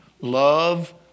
love